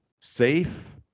safe